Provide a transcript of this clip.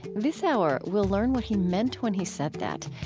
this hour we'll learn what he meant when he said that,